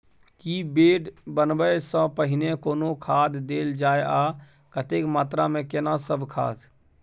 की bed बनबै सॅ पहिने कोनो खाद देल जाय आ कतेक मात्रा मे केना सब खाद?